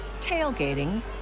tailgating